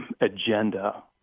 agenda